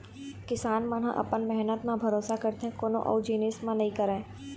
किसान मन ह अपन मेहनत म भरोसा करथे कोनो अउ जिनिस म नइ करय